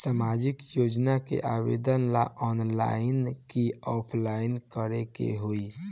सामाजिक योजना के आवेदन ला ऑनलाइन कि ऑफलाइन करे के होई?